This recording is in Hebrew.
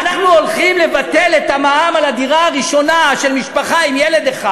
אנחנו הולכים לבטל את המע"מ על הדירה הראשונה של משפחה עם ילד אחד,